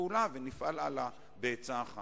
אני רואה בזה תקלה או אי-הבנה או פרשנות שונה כרגע,